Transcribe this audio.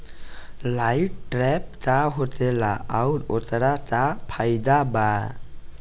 Light trap का होखेला आउर ओकर का फाइदा बा?